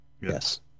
yes